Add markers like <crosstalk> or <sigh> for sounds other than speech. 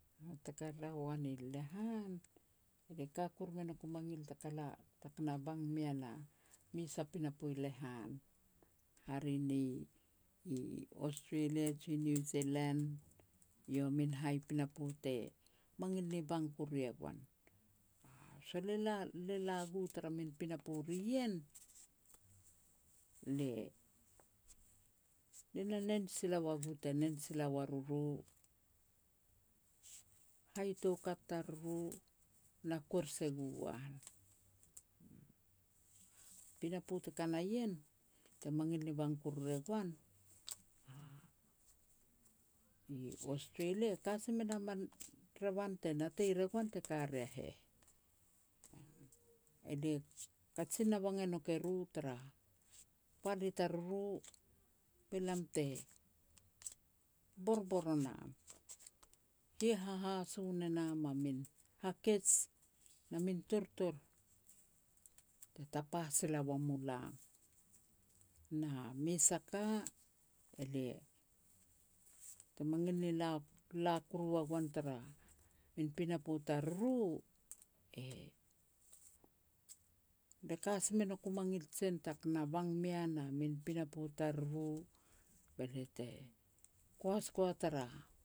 Taka la uan i lehan, lia ka kuru me nauk u mangil taka la, <unintelligible> taka na bang meian a mes a pinapo lehan, hare ni i <noise> Australia ji New Zealand, eiau a min hai pinapo te mangil ni bang kuru e goan. <hesitation> Sol e la <unintelligible> le la gu tara min pinapo ri ien, le na nen sila ua gu te nen sila ua ruru, hai toukat tariru na kuer se gu an. <noise> Pinapo te ka na ien, te mangil ni bang kuru re goan, <noise> <hesitation> i Australia ka si me na min revan te natei re goan te ka ria heh. Elia kajin na bang e nouk eru tara pal ni tariru be lam te borbor o nom, hia hahaso ne nam a min hakej na min tortor te tapa sila ua mulam. Na mes a ka, elia, te mangil ni la-la kuru ua goan tara min pinapo tariru, e, <unintelligible> le ka si me nouk u mangil jien taka na bang mein a min pinapo tariru, be lia te kuas gua tara